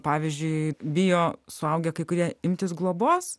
pavyzdžiui bijo suaugę kai kurie imtis globos